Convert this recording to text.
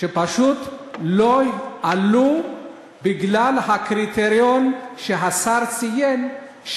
פשוט לא עלו בגלל הקריטריון שהשר ציין,